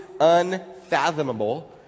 unfathomable